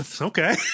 okay